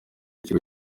ikigo